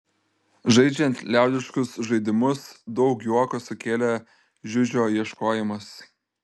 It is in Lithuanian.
žaidžiant liaudiškus žaidimus daug juoko sukėlė žiužio ieškojimas